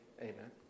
Amen